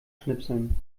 schnipseln